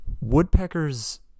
Woodpeckers